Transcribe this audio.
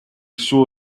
suo